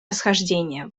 расхождения